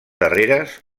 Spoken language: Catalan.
darreres